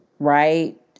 Right